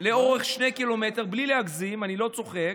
לאורך שני קילומטרים, בלי להגזים, אני לא צוחק.